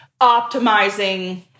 optimizing